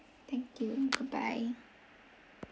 thank you goodbye